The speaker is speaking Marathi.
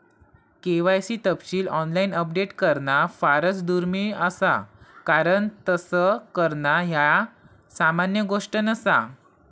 के.वाय.सी तपशील ऑनलाइन अपडेट करणा फारच दुर्मिळ असा कारण तस करणा ह्या सामान्य गोष्ट नसा